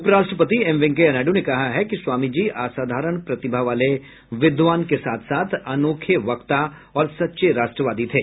उपराष्ट्रपति एम वेंकैया नायडु ने कहा है कि स्वामीजी असाधारण प्रतिभा वाले विद्वान के साथ साथ अनोखे वक्ता और सच्चे राष्ट्रवादी थे